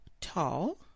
Tall